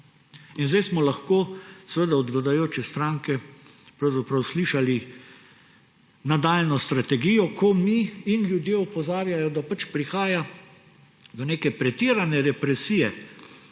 In zdaj smo lahko od vladajoče stranke pravzaprav slišali nadaljnjo strategijo, ko mi in ljudje opozarjajo, da prihaja do neke pretirane represije,